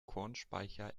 kornspeicher